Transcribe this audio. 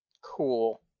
Cool